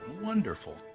Wonderful